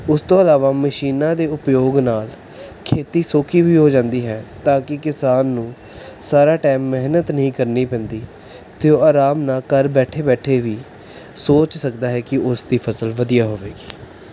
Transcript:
ਉਸ ਤੋਂ ਇਲਾਵਾ ਮਸ਼ੀਨਾਂ ਦੇ ਉਪਯੋਗ ਨਾਲ ਖੇਤੀ ਸੌਖੀ ਵੀ ਹੋ ਜਾਂਦੀ ਹੈ ਤਾਂ ਕਿ ਕਿਸਾਨ ਨੂੰ ਸਾਰਾ ਟਾਇਮ ਮਿਹਨਤ ਨਹੀਂ ਕਰਨੀ ਪੈਂਦੀ ਅਤੇ ਉਹ ਅਰਾਮ ਨਾਲ ਘਰ ਬੈਠੇ ਬੈਠੇ ਵੀ ਸੋਚ ਸਕਦਾ ਹੈ ਕਿ ਉਸਦੀ ਫਸਲ ਵਧੀਆ ਹੋਵੇਗੀ